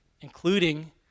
including